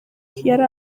yari